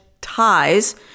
ties